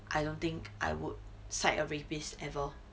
I don't think I would side a rapist ever